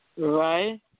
Right